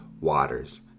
waters